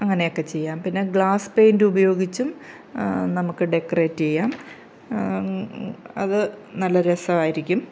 അങ്ങനെയൊക്കെ ചെയ്യാം പിന്നെ ഗ്ലാസ് പെയിൻറ്റ് ഉപയോഗിച്ചും നമുക്ക് ഡെക്കറേറ്റ് ചെയ്യാം അത് നല്ല രസം ആയിരിക്കും